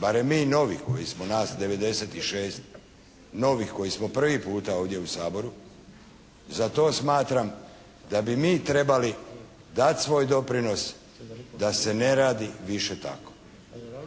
barem mi novi koji smo, nas 96 novih koji smo prvi puta ovdje u Saboru, za to smatram da bi mi trebali dati svoj doprinos da se ne radi više tako.